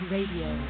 Radio